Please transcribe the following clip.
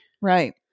Right